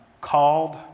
called